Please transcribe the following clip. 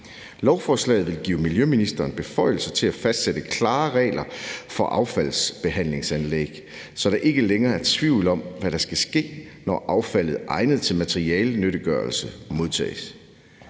Lovforslaget vil give miljøministeren beføjelser til at fastsætte klare regler for affaldsbehandlingsanlæg, så der ikke længere er tvivl om, hvad der skal ske, når affaldet egnet til materialenyttiggørelse modtages.